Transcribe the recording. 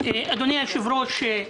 אדוני היושב-ראש,